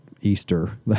Easter